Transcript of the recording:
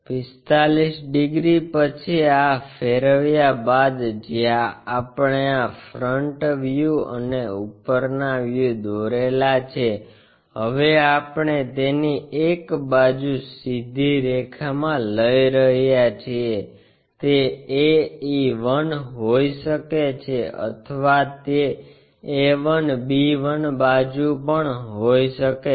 45 degree પછી આ ફેરવ્યા બાદ જ્યાં આપણે આ ફ્રન્ટ વ્યૂ અને ઉપરના વ્યૂ દોરેલા છે હવે આપણે તેની એક બાજુ સીધી રેખામાં લઈ રહ્યા છીએ તે a e 1 હોઈ શકે છે અથવા તે a1 b1 બાજુ પણ હોઈ શકે છે